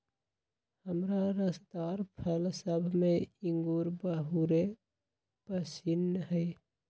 हमरा रसदार फल सभ में इंगूर बहुरे पशिन्न हइ